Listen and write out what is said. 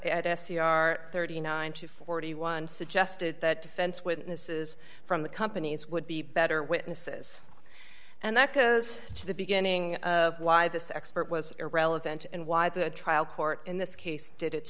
r thirty nine to forty one suggested that defense witnesses from the companies would be better witnesses and that because the beginning of why this expert was irrelevant and why the trial court in this case did it